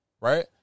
Right